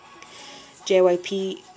JYP